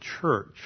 church